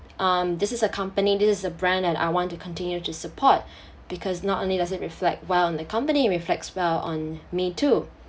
um this is a company this is a brand that I want to continue to support because not only does it reflect well the company it reflects well on me too